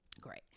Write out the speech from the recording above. Great